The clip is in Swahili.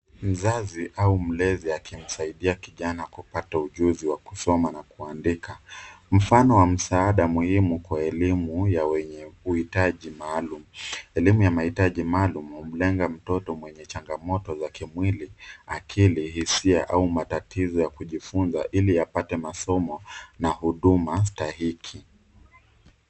Mzazi au mlezi akimsaidia kijana kupata ujuzi wa kusoma na kuandika. Mfano wa msaada maalum kwa elimu yenye uhitaji maalum. elimu ya mahitaji maalum humlenga mtoto mwenye changamoto za kimwili, akili, hisia au matatizo ya kujifunza, iliapatae masomo na huduma stahiki.